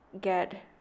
get